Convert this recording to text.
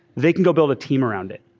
they can go build a team around it.